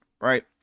right